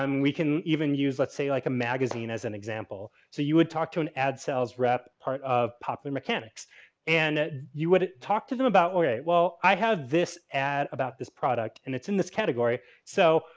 um we can even use, let's say, like a magazine as an example. so, you would talk to an ad sales rep of popular mechanics and you would talk to them about, alright, well, i have this ad about this product and it's in this category. so,